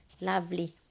Lovely